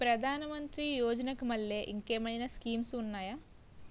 ప్రధాన మంత్రి యోజన కి మల్లె ఇంకేమైనా స్కీమ్స్ ఉన్నాయా?